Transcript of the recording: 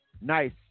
Nice